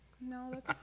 no